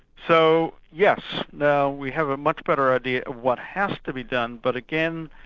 so yes, now we have a much better idea of what has to be done, but again,